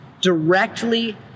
directly